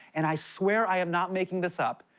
and i swear i am not making this up,